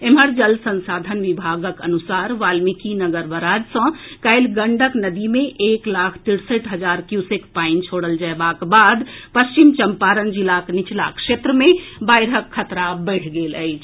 एम्हर जल संसाधन विभागक अनुसार वाल्मिकीनगर बराज सँ काल्हि गंडक नदी मे एक लाख तिरसठि हजार क्यूसेक पानि छोड़ल जएबाक बाद पश्चिम चम्पारण जिलाक निचला क्षेत्र मे बाढ़िक खतरा बढ़ि गेल अछि